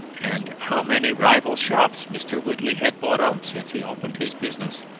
and how many rival shops mr. whiteley had bought up since he opened his business.